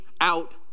out